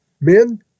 Men